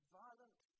violent